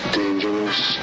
dangerous